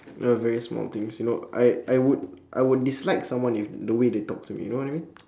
uh very small things you know I I would I would dislike someone if the way they talk to me you know what I mean